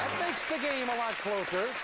makes the game a lot closer.